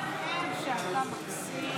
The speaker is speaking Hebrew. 25, כהצעת הוועדה,